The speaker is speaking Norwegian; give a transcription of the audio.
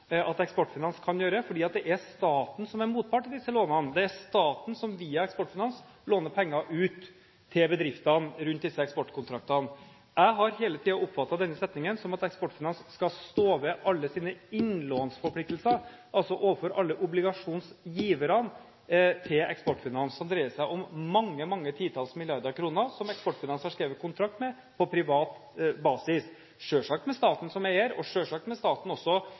at Eksportfinans kan gjøre, for det er staten som er motpart i disse lånene, det er staten som via Eksportfinans låner penger ut til bedriftene rundt disse eksportkontraktene. Jeg har hele tiden oppfattet denne setningen som at Eksportfinans skal stå ved alle sine innlånsforpliktelser, altså overfor alle obligasjonsgiverne til Eksportfinans – det dreier seg om mange, mange titalls milliarder kroner – som Eksportfinans har skrevet kontrakt med på privat basis, selvsagt med staten som eier og selvsagt også med staten